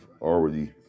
already